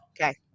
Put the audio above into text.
Okay